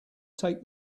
take